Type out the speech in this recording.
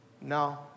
No